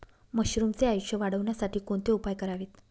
मशरुमचे आयुष्य वाढवण्यासाठी कोणते उपाय करावेत?